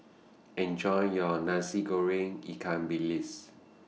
Enjoy your Nasi Goreng Ikan Bilis